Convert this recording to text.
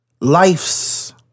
life's